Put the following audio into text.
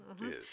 yes